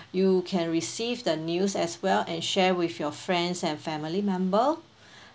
you can receive the news as well and share with your friends and family member